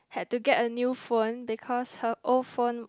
had to get a new phone because her old phone